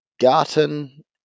Garten